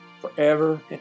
forever